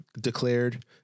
declared